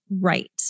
right